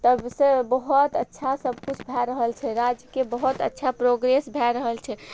तबसँ बहुत अच्छा सबकिछु भए रहल छै राज्यके बहुत अच्छा प्रोग्रेस भए रहल छै